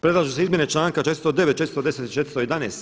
Predlažu se izmjene članka 409., 410. i 411.